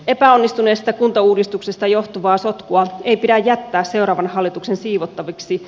epäonnistuneesta kuntauudistuksesta johtuvaa sotkua ei pidä jättää seuraavan hallituksen siivottavaksi